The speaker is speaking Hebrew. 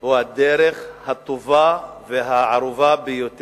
הוא הדרך הטובה ביותר,